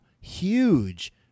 huge